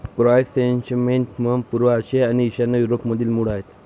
chrysanthemums पूर्व आशिया आणि ईशान्य युरोपमधील मूळ आहेत